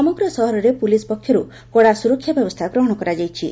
ସମଗ୍ର ସହରରେ ପୋଲିସ ପକ୍ଷରୁ କଡା ସୁରକ୍ଷା ବ୍ୟବସ୍ଥା ଗ୍ରହଣ କରାଯାଇଚି